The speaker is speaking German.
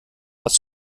was